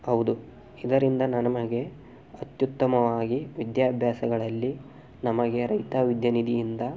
ಹೌದು ಇದರಿಂದ ನಮಗೆ ಅತ್ಯುತ್ತಮವಾಗಿ ವಿದ್ಯಾಭ್ಯಾಸಗಳಲ್ಲಿ ನಮಗೆ ರೈತ ವಿದ್ಯಾನಿಧಿಯಿಂದ